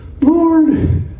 Lord